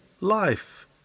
life